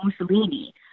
Mussolini